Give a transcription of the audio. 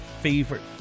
favorite